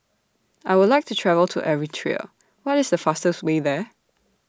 I Would like to travel to Eritrea What IS The fastest Way There